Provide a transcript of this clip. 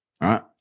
right